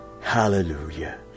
Hallelujah